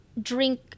drink